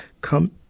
come